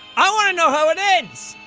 i wanna know how it ends!